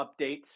updates